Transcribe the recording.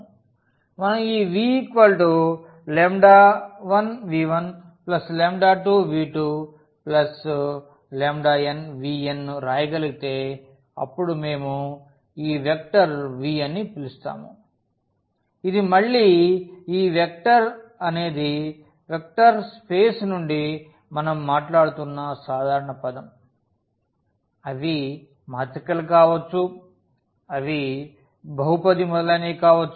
మనం ఈ v 1v12v2 nvn ను రాయగలిగితే అప్పుడు మేము ఈ వెక్టర్ v అని పిలుస్తాము ఇది మళ్ళీ ఈ వెక్టర్ అనేది వెక్టర్ స్పేస్ నుండి మనం మాట్లాడుతున్న సాధారణ పదం అవి మాత్రికలు కావచ్చు అవి బహుపది మొదలైనవి కావచ్చు